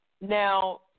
Now